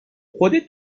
خودت